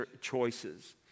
choices